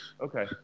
okay